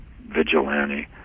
vigilante